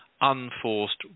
unforced